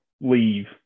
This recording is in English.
leave